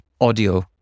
audio